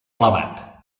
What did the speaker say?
elevat